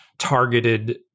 targeted